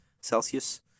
Celsius